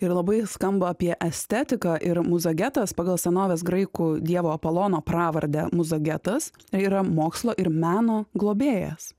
ir labai skamba apie estetiką ir muzagetas pagal senovės graikų dievo apolono pravardę muzagetas yra mokslo ir meno globėjas